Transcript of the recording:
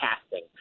casting